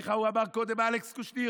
איך ההוא אמר קודם, אלכס קושניר?